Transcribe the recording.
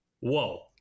Whoa